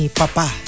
papa